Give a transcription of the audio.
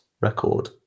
Record